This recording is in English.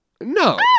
No